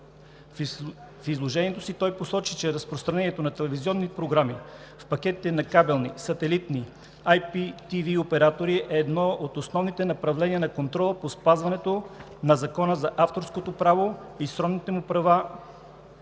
В изложението си той посочи, че разпространението на телевизионни програми в пакетите на кабелни, сателитни и IРТV оператори е едно от основните направления на контрола по спазването на Закона за авторското право и сродните му права.